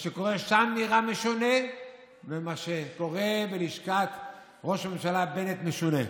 מה שקורה שם נראה משונה ומה שקורה בלשכת ראש הממשלה בנט משונה.